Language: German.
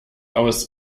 aus